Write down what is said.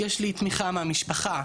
יש לי תמיכה מהמשפחה.